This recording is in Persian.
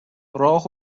راه